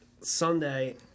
Sunday